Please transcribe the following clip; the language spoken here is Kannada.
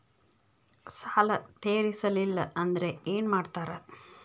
ಸಾಲ ತೇರಿಸಲಿಲ್ಲ ಅಂದ್ರೆ ಏನು ಮಾಡ್ತಾರಾ?